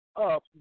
up